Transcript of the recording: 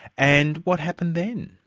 and what happened then?